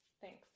Thanks